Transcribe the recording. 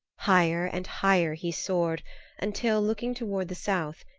higher and higher he soared until, looking toward the south,